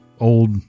old